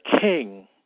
king